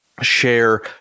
share